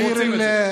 הם רוצים את זה.